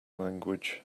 language